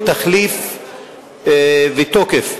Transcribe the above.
תחליף ותוקף).